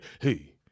Hey